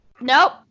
Nope